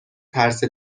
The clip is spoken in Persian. ترس